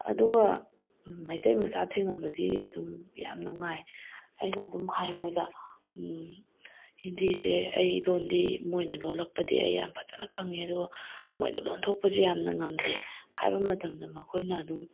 ꯑꯗꯨꯒ ꯃꯩꯇꯩ ꯃꯆꯥ ꯊꯦꯡꯅꯕꯗꯤ ꯑꯗꯨꯝ ꯌꯥꯝ ꯅꯨꯡꯉꯥꯏ ꯑꯩꯅ ꯑꯗꯨꯝ ꯍꯥꯏ ꯃꯣꯏꯗ ꯍꯤꯟꯗꯤꯁꯦ ꯑꯩ ꯂꯣꯟꯗꯤ ꯃꯣꯏꯅ ꯂꯣꯜꯂꯛꯄꯗꯤ ꯑꯩ ꯌꯥꯝ ꯐꯖꯅ ꯈꯪꯉꯦ ꯑꯗꯨꯒ ꯃꯣꯏꯗ ꯂꯣꯟꯊꯣꯛꯄꯁꯦ ꯌꯥꯝꯅ ꯉꯝꯗꯦ ꯍꯥꯏꯕ ꯃꯇꯝꯗ ꯃꯈꯣꯏ ꯑꯗꯨꯝ